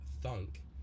thunk